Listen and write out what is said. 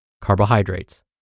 carbohydrates